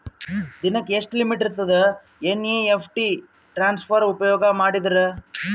ದಿನಕ್ಕ ಎಷ್ಟ ಲಿಮಿಟ್ ಇರತದ ಎನ್.ಇ.ಎಫ್.ಟಿ ಟ್ರಾನ್ಸಫರ್ ಉಪಯೋಗ ಮಾಡಿದರ?